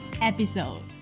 episode